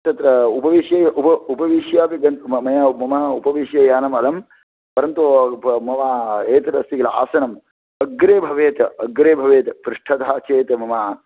तत्र उपविश्यैव उप उपविश्यापि गन्तु मया मम उपविश्य यानमलं परन्तु मम एतदस्ति किल आसनम् अग्रे भवेत् अग्रे भवेत् पृष्ठतः चेत् मम